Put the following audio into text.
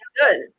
good